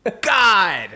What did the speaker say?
God